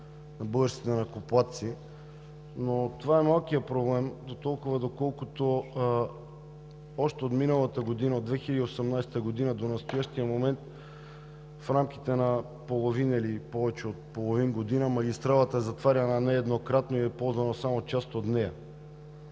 данъкоплатци. Но това е малкият проблем дотолкова, доколкото още миналата година, от 2018 г. до настоящия момент, в рамките на повече от половин година магистралата е затваряна нееднократно и е ползвана само част от нея.